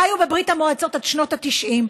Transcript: הם חיו בברית המועצות עד שנות ה-90,